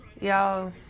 Y'all